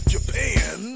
Japan